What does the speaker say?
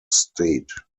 state